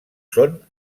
són